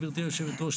גברתי היושבת-ראש,